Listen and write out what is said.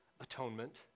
atonement